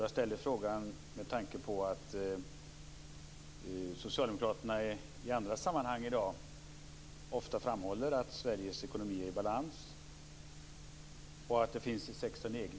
Jag ställer frågan med tanke på att Socialdemokraterna i andra sammanhang i dag ofta framhåller att Sveriges ekonomi är i balans, och att det finns 16